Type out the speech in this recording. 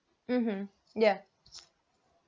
mmhmm yeah